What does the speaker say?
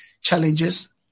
challenges